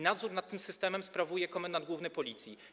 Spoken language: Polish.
Nadzór nad tym systemem sprawuje komendant główny Policji.